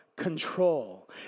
control